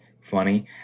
funny